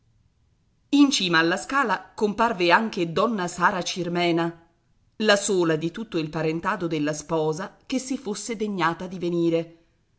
in cima alla scala comparve anche donna sara cirmena la sola di tutto il parentado della sposa che si fosse degnata di venire